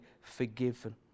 forgiven